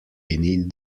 beneath